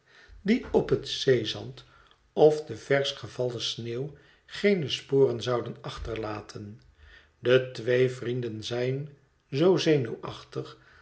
die op het zeezand of de versch gevallen sneeuw geene sporen zouden achterlaten de twee vrienden zijn zoo zenuwachtig